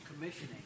Commissioning